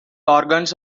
organs